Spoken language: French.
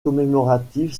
commémorative